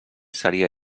seria